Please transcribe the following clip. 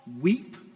Weep